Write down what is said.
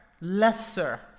lesser